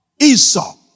Esau